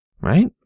Right